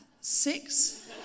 Six